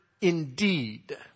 indeed